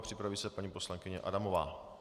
Připraví se paní poslankyně Adamová.